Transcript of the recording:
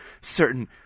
certain